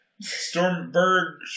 Stormberg